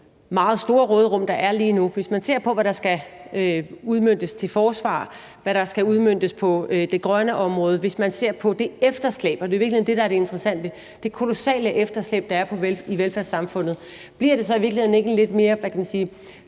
meget store råderum, der er lige nu; hvis man ser på, hvad der skal udmøntes i forhold til forsvar, og hvad der skal udmøntes på det grønne område; og hvis man ser på det kolossale efterslæb – og det er i virkeligheden det, der er det interessante – der er i velfærdssamfundet, bliver det så i virkeligheden ikke en lidt mere, hvad kan man sige,